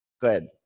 Good